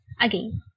again